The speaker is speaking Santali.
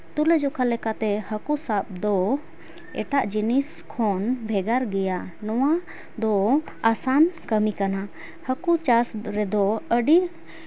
ᱛᱩᱞᱟᱹᱡᱚᱠᱷᱟ ᱞᱮᱠᱟᱛᱮ ᱦᱟᱹᱠᱩ ᱥᱟᱵ ᱫᱚ ᱮᱴᱟᱜ ᱡᱤᱱᱤᱥ ᱠᱷᱚᱱ ᱵᱷᱮᱜᱟᱨ ᱜᱮᱭᱟ ᱱᱚᱣᱟ ᱫᱚ ᱟᱥᱟᱱ ᱠᱟᱹᱢᱤ ᱠᱟᱱᱟ ᱦᱟᱹᱠᱩ ᱪᱟᱥ ᱨᱮᱫᱚ ᱟᱹᱰᱤ